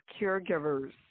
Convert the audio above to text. caregivers